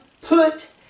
Put